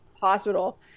hospital